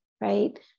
right